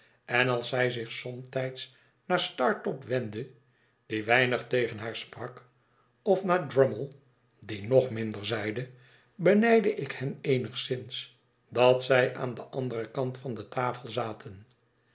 en als zij zich somtijds naar startop wendde die weinig tegen haar sprak of naar drummle die nog minder zeide benijdde ik hen eenigszins dat zij aan den anderen kant van de tafel zaten